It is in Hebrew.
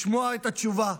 לשמוע את התשובה,